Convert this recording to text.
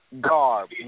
garb